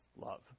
love